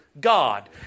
God